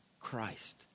Christ